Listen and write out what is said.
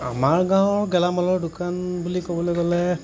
আমাৰ গাঁৱৰ গেলামালৰ দোকান বুলি ক'বলৈ গ'লে